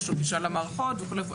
יש לו גישה למערכות וכו'.